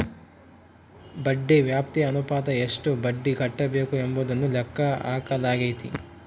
ಬಡ್ಡಿ ವ್ಯಾಪ್ತಿ ಅನುಪಾತ ಎಷ್ಟು ಬಡ್ಡಿ ಕಟ್ಟಬೇಕು ಎಂಬುದನ್ನು ಲೆಕ್ಕ ಹಾಕಲಾಗೈತಿ